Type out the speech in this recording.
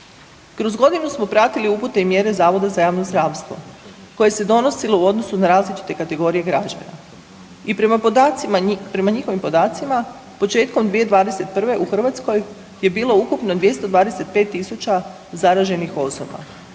Kroz godinu smo pratili upute i mjera Zavoda za javno zdravstvo koje se donosilo u odnosu na različite kategorije građana i prema njihovim podacima, početkom 2021. u Hrvatskoj je bilo ukupno 225 tisuća zaraženih osoba.